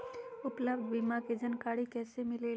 उपलब्ध बीमा के जानकारी कैसे मिलेलु?